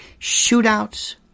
Shootouts